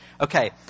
Okay